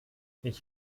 ich